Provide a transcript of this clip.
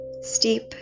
Steep